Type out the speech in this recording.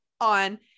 on